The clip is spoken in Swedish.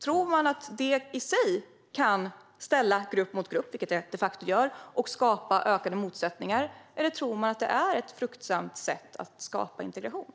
Tror man att det i sig kan ställa grupp mot grupp, vilket det de facto gör, och skapa ökade motsättningar, eller tror man att det är ett fruktbart sätt att skapa integration?